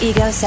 Ego